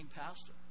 pastor